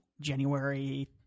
January